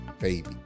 baby